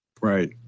Right